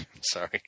Sorry